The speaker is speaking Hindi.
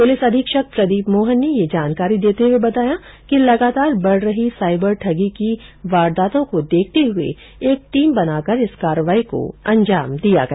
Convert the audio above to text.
पुलिस अधीक्षक प्रदीप मोहन ने यह जानकारी देते हुए बताया कि लगातार बढ़ रही साईबर ठगी की वारदातों को देखते हुए एक टीम बनाकर इस कार्रवाई को अंजाम दिया गया